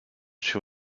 sur